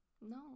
No